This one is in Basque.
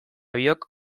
biok